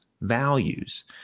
values